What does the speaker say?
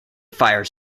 fire